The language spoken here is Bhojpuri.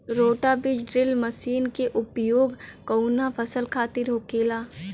रोटा बिज ड्रिल मशीन के उपयोग कऊना फसल खातिर होखेला?